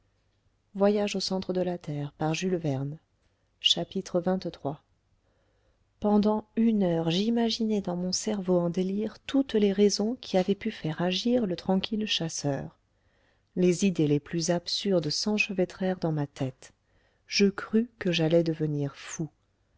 xxiii pendant une heure j'imaginai dans mon cerveau en délire toutes les raisons qui avaient pu faire agir le tranquille chasseur les idées les plus absurdes s'enchevêtrèrent dans ma tête je crus que j'allais devenir fou